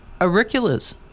Auriculas